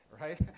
right